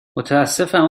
متاسفم